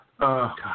God